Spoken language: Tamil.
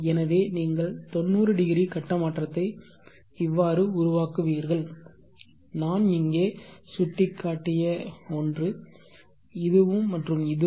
எனவே நீங்கள் 90° கட்ட மாற்றத்தை இவ்வாறு உருவாக்குவீர்கள் நான் இங்கே சுட்டிக்காட்டிய ஒன்று இதுவும் மற்றும் இதுவும்